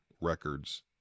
records